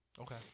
Okay